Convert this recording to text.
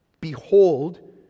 Behold